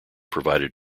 provided